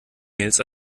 mails